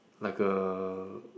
like a